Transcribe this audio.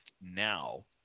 now